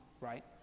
right